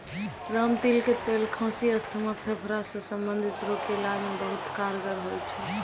रामतिल के तेल खांसी, अस्थमा, फेफड़ा सॅ संबंधित रोग के इलाज मॅ बहुत कारगर होय छै